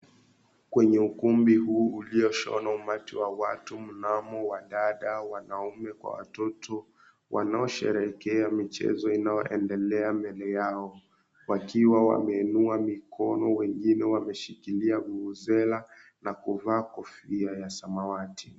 Kwenye ukumbi huu ulioshona umati wa watu wanaume, wadada, watoto wanaosherehekea michezo inayoendelea mbele yao, wakiwa wameinua mikono wengine wameshikilia vuvuzela na kuvaa kofia ya samawati.